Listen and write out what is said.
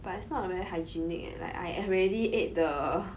but it's not very hygienic eh like I already ate the